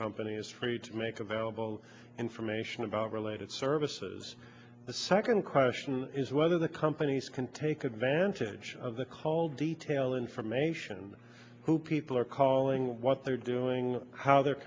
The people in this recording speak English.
company is free to make available information about related services the second question is whether the companies can take advantage of the call detail information who people are calling what they're doing how they're